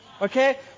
Okay